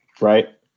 right